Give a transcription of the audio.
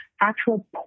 actual